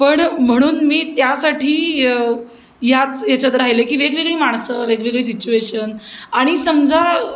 पण म्हणून मी त्यासाठी याच याच्यात राहिले की वेगवेगळी माणसं वेगवेगळी सिच्युएशन आणि समजा